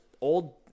old